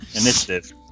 Initiative